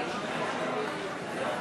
החוק להסדרת הביטחון, תיקון,